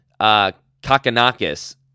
Kakanakis